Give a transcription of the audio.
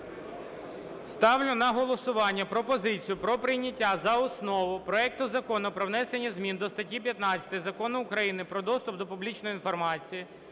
Ставлю на голосування пропозицію про прийняття за основу проекту Закону про внесення змін до статті 15 Закону України "Про доступ до публічної інформації"